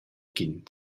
ch’in